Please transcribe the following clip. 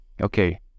okay